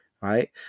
right